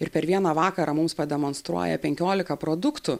ir per vieną vakarą mums pademonstruoja penkiolika produktų